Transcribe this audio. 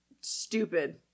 stupid